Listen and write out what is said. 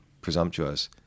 presumptuous